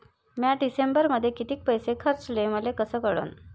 म्या डिसेंबरमध्ये कितीक पैसे खर्चले मले कस कळन?